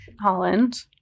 Holland